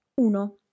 uno